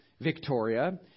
Victoria